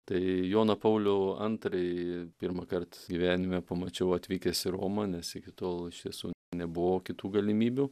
tai joną paulių antrąjį pirmąkart gyvenime pamačiau atvykęs į romą nes iki tol iš tiesų nebuvo kitų galimybių